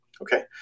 Okay